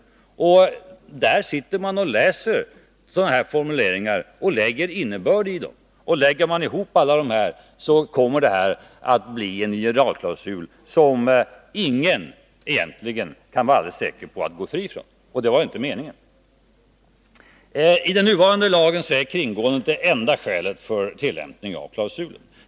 Där sitter man och läser formuleringar av det här slaget och ger dem innebörd. Lägger man ihop alla uttalanden, kommer man att få en generalklausul som egentligen ingen kan vara alldeles säker på att kunna gå fri från — och det var ju heller inte meningen. I den nuvarande lagstiftningen är kringgåendet av lagen det enda skälet för en tillämpning av klausulen.